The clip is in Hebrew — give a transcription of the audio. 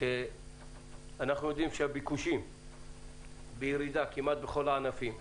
אנחנו יודעים שהביקושים בירידה כמעט בכל הענפים.